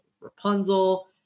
Rapunzel